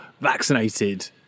vaccinated